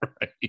right